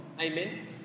amen